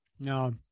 No